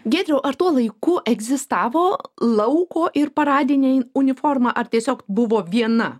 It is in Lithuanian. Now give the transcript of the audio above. giedriau ar tuo laiku egzistavo lauko ir paradiniai uniforma ar tiesiog buvo viena